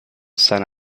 san